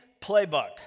playbook